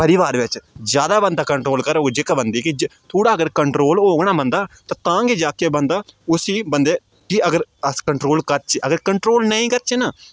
परिवार बिच जादा बन्दा कंट्रोल करग जेह्का बन्दे गी थोह्ड़ा अगर कंट्रोल होग ना बन्दा ते तां गै जाके बन्दा उसी बन्दे दी अगर अस कंट्रोल करचै अगर कंट्रोल नेईं करचै ना